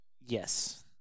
Yes